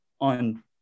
on